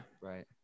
right